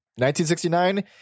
1969